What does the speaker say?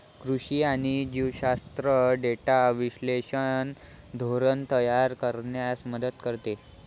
कृषी आणि जीवशास्त्र डेटा विश्लेषण धोरण तयार करण्यास मदत करते